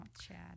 Chad